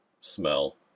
smell